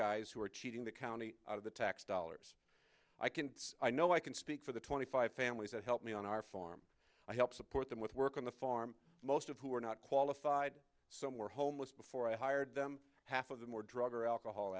guys who are cheating the county out of the tax dollars i can i know i can speak for the twenty five families that help me on our farm i help support them with work on the farm most of who are not qualified so more homeless before i hired them half of them or drug or alcohol